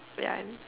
ya and